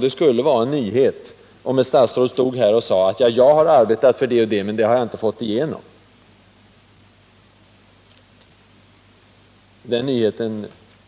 Det skulle allt vara en nyhet om ett statsråd stod här och sade att han har arbetat för det och det, men inte fått igenom det i regeringen. Den nyheten